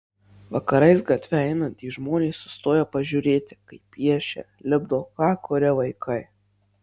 vakarais gatve einantys žmonės sustoja pažiūrėti kaip piešia lipdo ką kuria vaikai